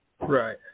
Right